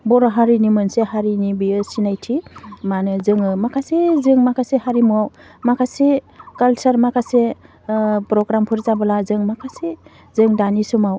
बर' हारनि मोनसे हारिनि बेयो सिनायथि मानो जोङो माखासे जों माखासे हारिमुवाव माखासे कालसार माखासे ओह प्रग्रामफोर जाबोब्ला जों माखासे जों दानि समाव